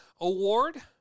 award